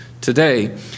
today